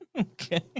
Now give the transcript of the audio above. okay